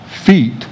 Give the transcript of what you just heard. feet